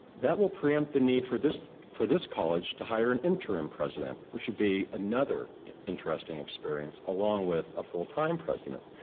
that will preempt the need for this for this college to hire an interim president, which would be another interesting experience along with a full-time president.